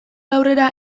aurrera